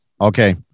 Okay